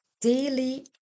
daily